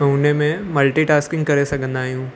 ऐं हुनमें मल्टीटास्किंग करे सघंदा आहियूं